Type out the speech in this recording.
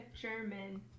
German